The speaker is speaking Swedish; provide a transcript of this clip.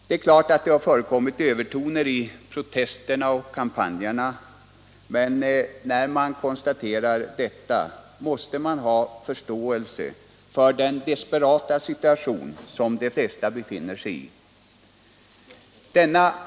Det är klart att det har förekommit övertoner i protesterna och kampanjerna, men när man konstaterar detta måste man även ha förståelse för den desperata situation som de flesta av de berörda befinner sig i.